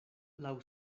laŭ